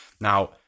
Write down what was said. Now